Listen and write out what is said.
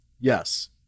Yes